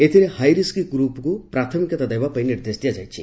ଏଥିରେ ହାଇରିସ୍କ ଗ୍ରୁପ୍କୁ ପ୍ରାଥମିକତା ଦେବାପାଇଁ ନିର୍ଦ୍ଦେଶ ଦିଆଯାଇଛି